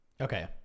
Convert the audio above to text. Okay